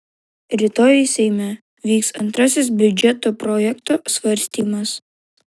rytoj seime vyks antrasis biudžeto projekto svarstymas